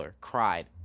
cried